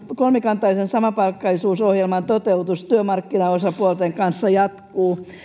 kolmikantaisen samapalkkaisuusohjelman toteutus työmarkkinaosapuolten kanssa jatkuu